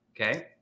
Okay